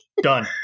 done